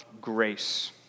grace